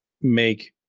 make